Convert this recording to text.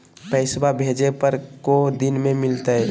पैसवा भेजे पर को दिन मे मिलतय?